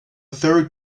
third